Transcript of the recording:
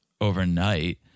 overnight